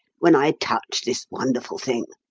when i touch this wonderful thing.